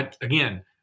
Again